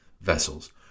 vessels